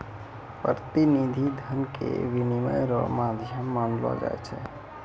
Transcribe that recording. प्रतिनिधि धन के विनिमय रो माध्यम मानलो जाय छै